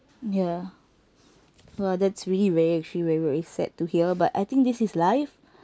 ya !wah! that's really very actually very sad to hear but I think this is life